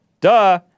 Duh